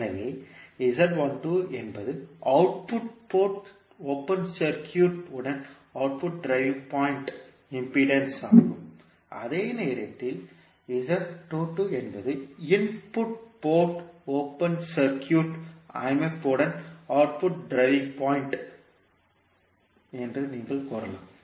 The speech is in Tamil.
எனவே என்பது அவுட்புட் போர்ட் ஓபன் சர்க்யூட் உடன் அவுட்புட் டிரைவிங் பாயிண்ட் இம்பிடேன்ஸ் ஆகும் அதே நேரத்தில் என்பது இன்புட் போர்ட் ஓபன் சர்க்யூட் அமைப்புடன் அவுட்புட் டிரைவிங் பாயிண்ட் இம்பிடேன்ஸ் என்று நீங்கள் கூறலாம்